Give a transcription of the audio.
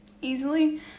easily